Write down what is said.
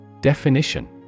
Definition